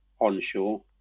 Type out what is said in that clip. onshore